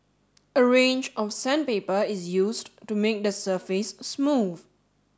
a range of sandpaper is used to make the surface smooth